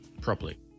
properly